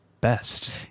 best